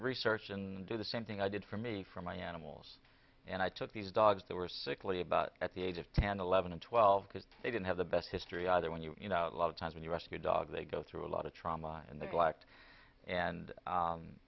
research and do the same thing i did for me for my animals and i took these dogs that were sickly about at the age of ten eleven and twelve because they didn't have the best history either when you know a lot of times when you rescue dogs they go through a lot of trauma and they blacked and